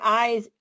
eyes